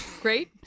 Great